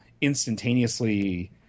instantaneously